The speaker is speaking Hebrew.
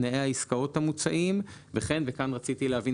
תנאי העסקאות המוצעים וכן" וכאן רציתי להבין